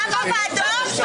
גם בוועדות?